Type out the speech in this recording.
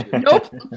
Nope